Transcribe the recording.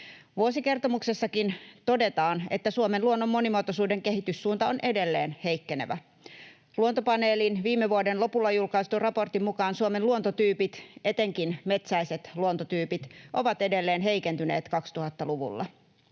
Vuosikertomuksessakin todetaan, että Suomen luonnon monimuotoisuuden kehityssuunta on edelleen heikkenevä. Luontopaneelin viime vuoden lopulla julkaistun raportin mukaan Suomen luontotyypit, etenkin metsäiset luontotyypit, ovat edelleen heikentyneet 2000-luvulla.